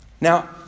Now